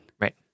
Right